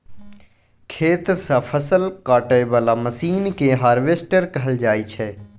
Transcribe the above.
खेत सँ फसल काटय बला मशीन केँ हार्वेस्टर कहल जाइ छै